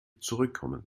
zurückkommen